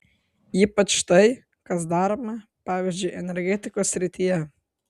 ypač tai kas daroma pavyzdžiui energetikos srityje